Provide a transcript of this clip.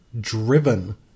driven